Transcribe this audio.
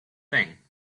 thing